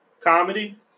Comedy